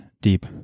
deep